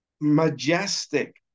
majestic